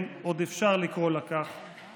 אם עוד אפשר לקרוא לה כך,